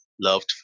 loved